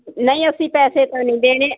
ਨਹੀਂ ਅਸੀਂ ਪੈਸੇ ਤਾਂ ਨਹੀਂ ਦੇਣੇ